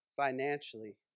financially